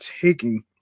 taking